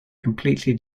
completely